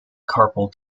carpal